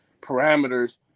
parameters